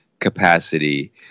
capacity